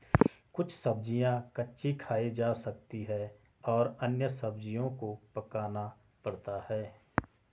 कुछ सब्ज़ियाँ कच्ची खाई जा सकती हैं और अन्य सब्ज़ियों को पकाना पड़ता है